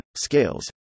scales